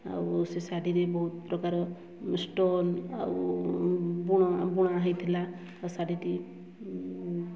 ଆଉ ସେ ଶାଢ଼ୀରେ ବହୁତ ପ୍ରକାର ଷ୍ଟୋନ୍ ଆଉ ବୁଣା ହେଇଥିଲା ଆଉ ଶାଢ଼ୀଟି